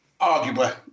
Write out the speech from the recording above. Arguably